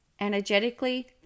energetically